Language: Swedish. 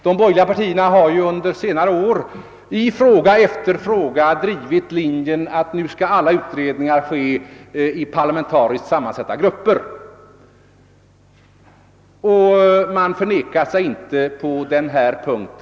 De borgerliga partierna har ju under senare år i fråga efter fråga drivit linjen att alla utredningar skall ske i parlamentariskt sammansatta grupper, och man förnekar sig inte heller på denna punkt.